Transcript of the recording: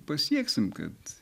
pasieksim kad